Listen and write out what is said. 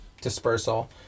dispersal